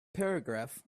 paragraph